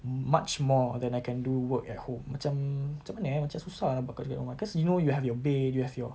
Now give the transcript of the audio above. much more than I can do work at home macam macam mana eh macam susah lah buat kerja dekat rumah cause you know you have your bed you have your